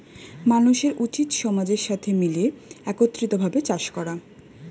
মানুষের উচিত সমাজের সাথে মিলে একত্রিত ভাবে চাষ করা